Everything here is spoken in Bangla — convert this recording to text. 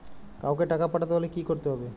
কাওকে টাকা পাঠাতে হলে কি করতে হবে?